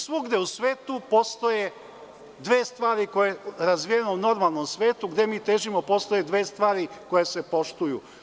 Svugde u svetu postoje dve stvari razvijene u normalnom svetu, gde mi težimo postoje dve stvari koje se poštuju.